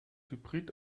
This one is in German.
hybrid